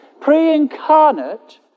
pre-incarnate